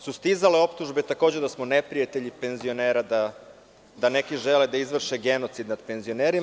Sustizale su optužbe, takođe, da smo neprijatelji penzionera, da neki žele da izvrše genocid nad penzionerima.